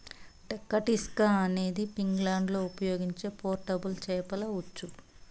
కటిస్కా అనేది ఫిన్లాండ్లో ఉపయోగించే పోర్టబుల్ చేపల ఉచ్చు